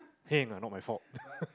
hey ah not my fault